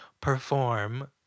perform